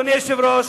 אדוני היושב-ראש,